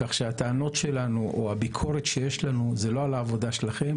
הטענות או הביקורת שיש לנו הן לא על העבודה שלכם,